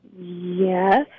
Yes